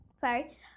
sorry